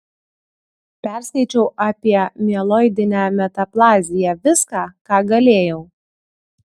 perskaičiau apie mieloidinę metaplaziją viską ką galėjau